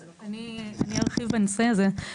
ארחיב בנושא הזה,